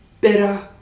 better